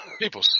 People